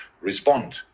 respond